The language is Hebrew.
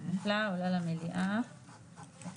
אני מציע, אנחנו נגיש רביזיה, אם תהיינה תשובות,